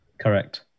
correct